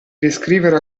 descrivere